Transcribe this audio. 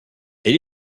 elle